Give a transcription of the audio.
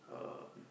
um